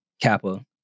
Kappa